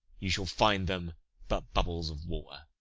you shall find them but bubbles of water.